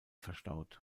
verstaut